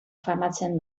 famatzen